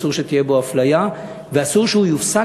אסור שתהיה בו אפליה ואסור שהוא יופסק,